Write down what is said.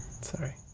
Sorry